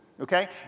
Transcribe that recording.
Okay